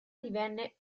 divenne